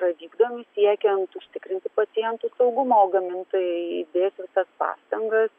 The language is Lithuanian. yra vykdomi siekiant užtikrinti pacientų saugumą o gamintojai įdės visas pastangas